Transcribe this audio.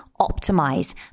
optimize